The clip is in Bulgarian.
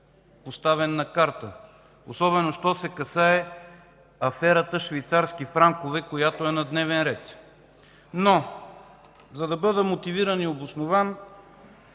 поставен на карта, особено що се касае до аферата „швейцарски франкове”, която е на дневен ред. Но за да бъда мотивиран и обоснован,